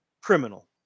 criminal